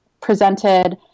presented